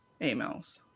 emails